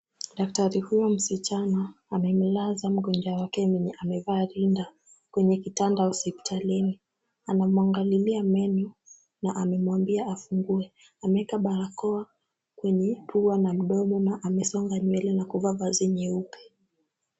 Daktari huyo msichana amemlaza mgonjwa wake mwenye amevaa rinda kwenye kitanda hospitalini. Anamwangalilia meno na amemwambia afungue. Ameeka barakoa kwenye pua na mdomo na amesonga nywele na kuvaa vazi nyeupe.